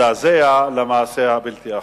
הזדעזע מהמעשה הבלתי-אחראי.